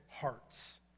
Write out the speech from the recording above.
hearts